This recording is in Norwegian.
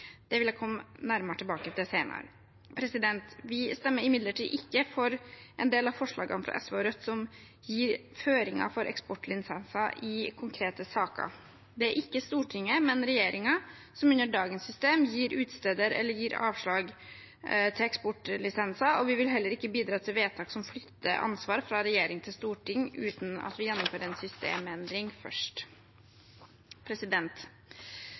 Det vil jeg komme nærmere tilbake til senere. Vi stemmer imidlertid ikke for en del av forslagene fra SV og Rødt som gir føringer for eksportlisenser i konkrete saker. Det er ikke Stortinget, men regjeringen som under dagens system utsteder eller gir avslag til eksportlisenser, og vi vil heller ikke bidra til vedtak som flytter ansvaret fra regjering til storting uten at vi gjennomfører en systemendring først.